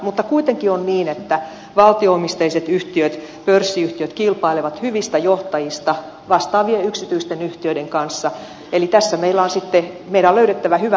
mutta kuitenkin on niin että valtio omisteiset yhtiöt pörssiyhtiöt kilpailevat hyvistä johtajista vastaavien yksityisten yhtiöiden kanssa eli tässä meidän on löydettävä hyvä tasapaino